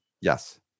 Yes